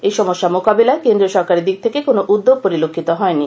এই সমস্যা মোকাবিলায় কেন্দ্রীয় সরকারের দিক থেকে কোন উদ্যোগ পরিলক্ষিত হয়নি